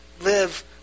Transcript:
live